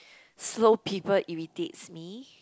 slow people irritates me